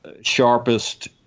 sharpest